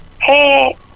Hey